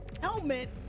helmet